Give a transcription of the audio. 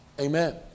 Amen